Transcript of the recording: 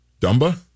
Dumba